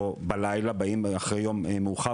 או בלילה באים מאוחר,